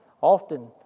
often